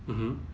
mmhmm